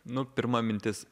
nu pirma mintis